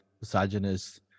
misogynist